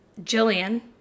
Jillian